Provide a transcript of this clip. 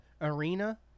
arena